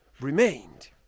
remained